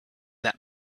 that